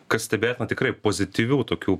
kas stebėtina tikrai pozityvių tokių